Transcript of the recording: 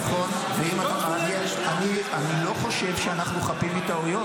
נכון, אני לא חושב שאנחנו חפים מטעויות.